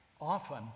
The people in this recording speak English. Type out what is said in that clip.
often